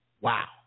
Wow